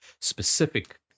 specific